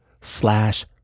slash